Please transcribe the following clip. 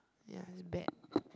ya is bad